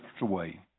away